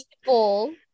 people